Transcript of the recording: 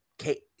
Okay